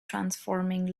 transforming